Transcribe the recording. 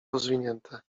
rozwinięte